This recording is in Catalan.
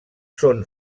són